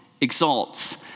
exalts